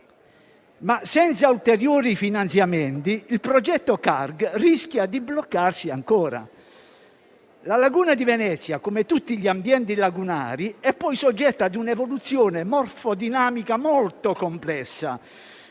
senza ulteriori finanziamenti il progetto CARG rischia di bloccarsi ancora. La laguna di Venezia, come tutti gli ambienti lagunari, è poi soggetta a un'evoluzione morfodinamica molto complessa,